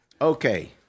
okay